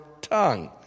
tongue